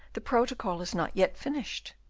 the protocol is not yet finished.